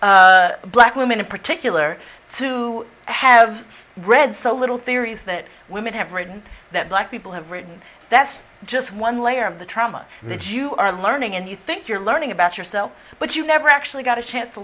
for black women in particular to have read so little theories that women have written that black people have written that's just one layer of the trauma that you are learning and you think you're learning about yourself but you never actually got a chance to